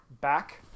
Back